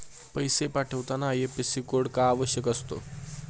पैसे पाठवताना IFSC code का आवश्यक असतो?